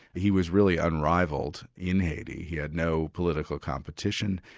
he was really unrivalled in haiti. he had no political competition,